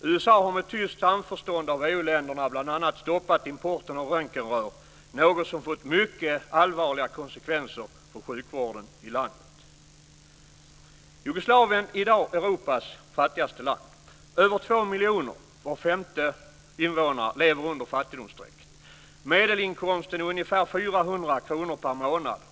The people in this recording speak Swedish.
USA har med tyst samförstånd av EU-länderna bl.a. stoppat importen av röntgenrör, något som fått mycket allvarliga konsekvenser för sjukvården i landet. Jugoslavien är i dag Europas fattigaste land. Över två miljoner - var femte invånare - lever under fattigdomsstrecket. Medelinkomsten är ungefär 400 kr per månad.